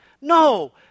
No